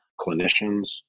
clinicians